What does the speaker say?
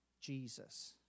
Jesus